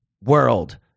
world